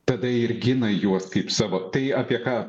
tada ir gina juos kaip savo tai apie ką